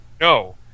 No